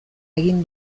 egin